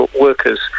workers